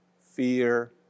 Fear